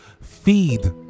Feed